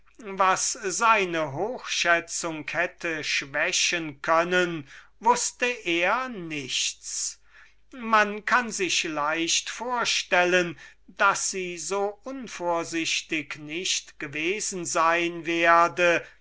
was seine hochschätzung hätte schwächen können wußte er nichts man kann sich leicht vorstellen daß sie so unvorsichtig nicht gewesen sein werde